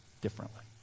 differently